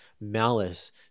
malice